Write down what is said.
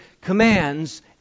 commands